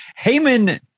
Heyman